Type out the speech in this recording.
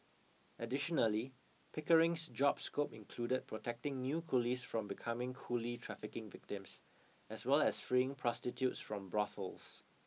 additionally Pickering's job scope included protecting new coolies from becoming coolie trafficking victims as well as freeing prostitutes from brothels